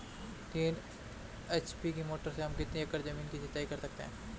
तीन एच.पी की मोटर से हम कितनी एकड़ ज़मीन की सिंचाई कर सकते हैं?